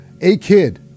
A-Kid